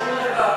שום דבר.